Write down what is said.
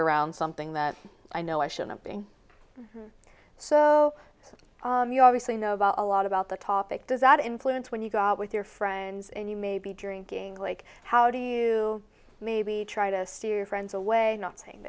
around something that i know i shouldn't be so you obviously know about a lot about the topic does that influence when you go out with your friends and you may be drinking like how do you maybe try to steer friends away not saying